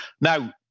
Now